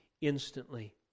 instantly